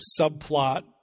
subplot